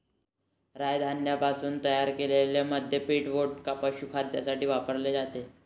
राय धान्यापासून तयार केलेले मद्य पीठ, वोडका, पशुखाद्यासाठी वापरले जाते